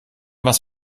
was